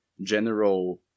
general